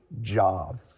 job